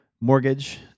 mortgage